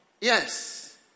Yes